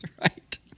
Right